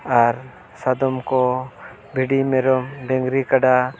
ᱟᱨ ᱥᱟᱫᱚᱢ ᱠᱚ ᱵᱷᱤᱰᱤ ᱢᱮᱨᱚᱢ ᱰᱟᱝᱨᱤ ᱠᱟᱰᱟ